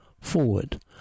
Forward